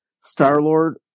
Star-Lord